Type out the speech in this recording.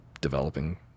developing